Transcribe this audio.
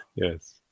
Yes